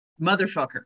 Motherfucker